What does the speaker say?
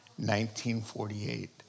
1948